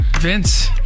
Vince